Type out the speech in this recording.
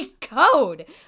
code